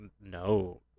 No